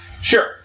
Sure